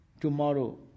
tomorrow